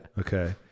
Okay